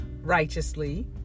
righteously